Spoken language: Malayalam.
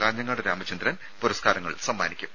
കാഞ്ഞങ്ങാട് രാമചന്ദ്രൻ പുരസ്കാരം സമ്മാനിക്കും